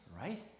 right